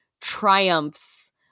triumphs